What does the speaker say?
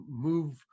move